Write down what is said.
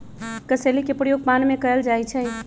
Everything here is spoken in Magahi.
कसेली के प्रयोग पान में कएल जाइ छइ